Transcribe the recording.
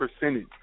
percentage